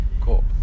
Cool